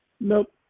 Nope